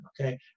okay